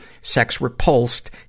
sex-repulsed